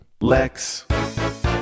Lex